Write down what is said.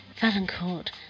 Valancourt